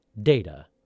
data